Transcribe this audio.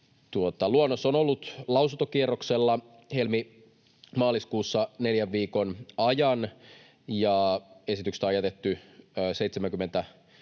Luonnos on ollut lausuntokierroksella helmi—maaliskuussa neljän viikon ajan, ja esityksestä on jätetty 70 lausuntoa.